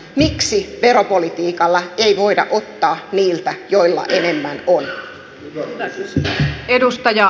miksi veropolitiikalla ei voida ottaa niiltä joilla enemmän on